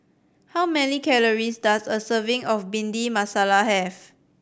how many calories does a serving of Bhindi Masala have